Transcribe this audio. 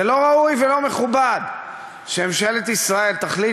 זה לא ראוי ולא מכובד שממשלת ישראל תחליט